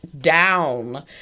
down